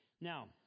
Now